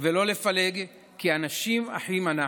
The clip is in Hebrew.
ולא לפלג, כי אנשים אחים אנחנו.